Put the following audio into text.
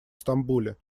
стамбуле